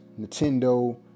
Nintendo